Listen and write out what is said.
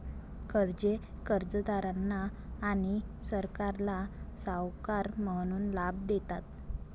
कर्जे कर्जदारांना आणि सरकारला सावकार म्हणून लाभ देतात